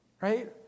Right